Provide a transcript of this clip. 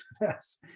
yes